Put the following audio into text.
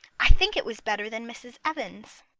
i think it was better than mrs. evans's.